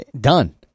Done